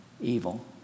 evil